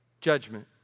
judgment